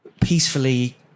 peacefully